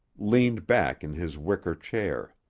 leaned back in his wicker chair.